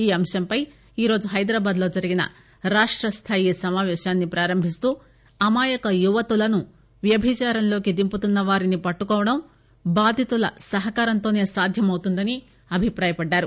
ఈ అంశం పై ఈ రోజు హైదరాబాదు లో జరిగిన రాష్ట స్టాయి సమాపేశాన్ని ప్రారంభిస్తూ అమాయక యువతులను వ్యభిదారం లోకి దింపుతున్న వారిని పట్లుకోవడం బాధితుల సహకారం తోన సాధ్యమవుతుందని అభిప్రాయపడ్డారు